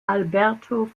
alberto